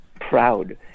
proud